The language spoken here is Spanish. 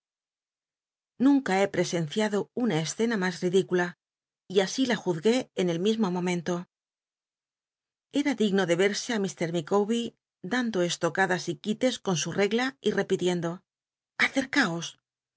nunca h l l'esenciado una lscena mas l'idicula y a i la juzgué en el mismo momento eta digno de verse á mr micawber dando lslocadas y quites con su r lgla y repitiendo